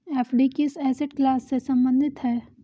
FD किस asset class से संबंधित है?